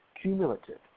cumulative